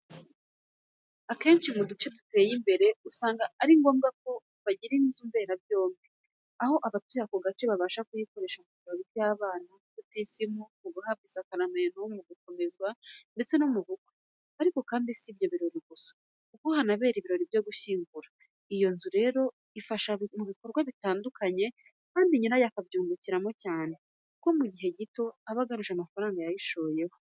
Akenshi mu duce duteye imbere, usanga ari ngombwa ko bagira inzu mberabyombi aho abatuye ako gace babasha kuyikoresha mu birori by’abana, nko mu butisimu, mu guhabwa isakaramentu, mu gukomezwa ndetse no mu bukwe. Ariko kandi, si ibyo birori gusa, kuko hanabera n’ ibirori byo gushyingura. Iyo nzu rero ifasha mu bikorwa bitandukanye, kandi nyirayo akabyungukiramo cyane, kuko mu gihe gito aba agaruje amafaranga yayishoyemo.